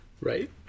Right